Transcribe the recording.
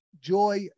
Joy